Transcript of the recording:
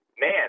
man